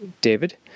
David